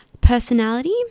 Personality